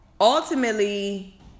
ultimately